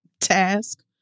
task